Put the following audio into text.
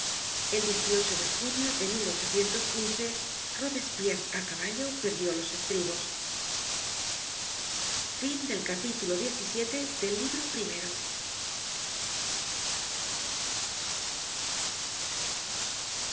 el de junio de robespierre á caballo perdió los estribos